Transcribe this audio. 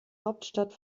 hauptstadt